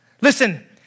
Listen